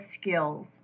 skills